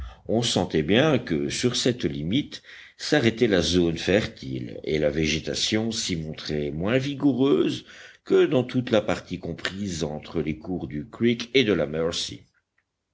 on sentait bien que sur cette limite s'arrêtait la zone fertile et la végétation s'y montrait moins vigoureuse que dans toute la partie comprise entre les cours du creek et de la mercy